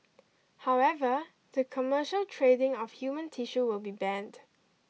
however the commercial trading of human tissue will be banned